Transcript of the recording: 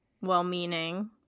well-meaning